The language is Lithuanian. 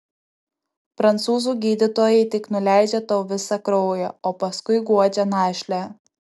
prancūzų gydytojai tik nuleidžia tau visą kraują o paskui guodžia našlę